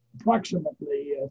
approximately